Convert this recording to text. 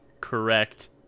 correct